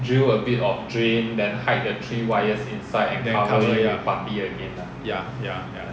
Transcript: then cover it up ya ya ya